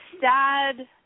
sad